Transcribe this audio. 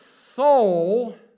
soul